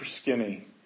skinny